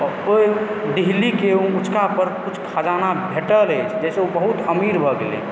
ओ डिहलीके उंँचका पर कुछ खजाना भेटल अछि जाहिसँ ओ अमीर भऽ गेलय